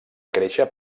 créixer